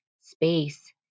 space